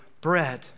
bread